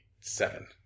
seven